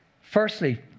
Firstly